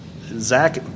Zach